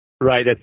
Right